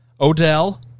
Odell